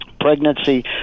pregnancy